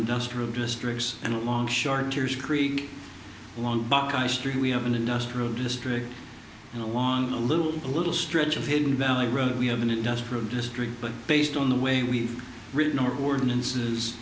industrial districts and along charters creek along buckeye street we have an industrial district and along a little a little stretch of hidden valley road we have an industrial district but based on the way we've written or word in